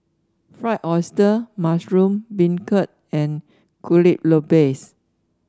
Fried Oyster Mushroom Beancurd and Kuih Lopes